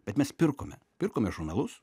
bet mes pirkome pirkome žurnalus